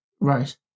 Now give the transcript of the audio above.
Right